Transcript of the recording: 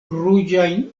ruĝajn